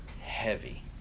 heavy